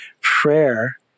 prayer